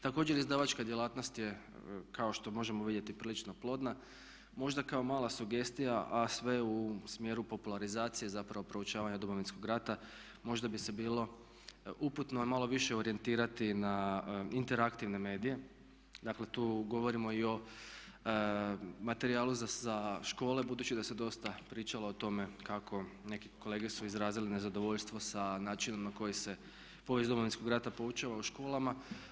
Također izdavačka djelatnost je kao što možemo vidjeti prilično plodna, možda kao mala sugestija a sve u smjeru popularizacije zapravo proučavanja Domovinskog rata, možda bi se bilo uputno malo više orijentirati na interaktivne medije, dakle tu govorimo i o materijalu za škole budući da se dosta pričalo o tome kako, neke kolege su izradile nezadovoljstvo sa načinom na koji se povijest Domovinskog rata poučava u školama.